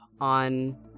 on